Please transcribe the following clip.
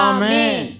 Amen